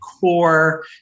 core